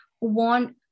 want